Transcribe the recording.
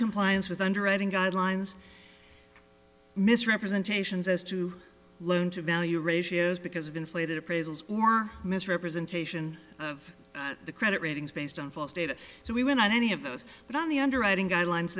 noncompliance with underwriting guidelines misrepresentations as to loan to value ratios because of inflated appraisals or misrepresentation of the credit ratings based on false data so we went on any of those but on the underwriting guidelines